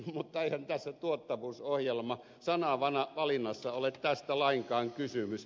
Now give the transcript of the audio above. mutta eihän tässä tuottavuusohjelma sanavalinnassa ole tästä lainkaan kysymys